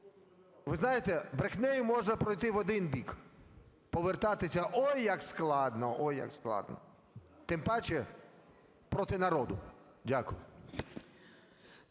Ви знаєте, брехнею можна пройти в один бік, повертатися – ой як складно, ой як складно. Тим паче проти народу. Дякую.